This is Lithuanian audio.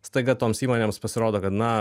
staiga toms įmonėms pasirodo kad na